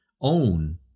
own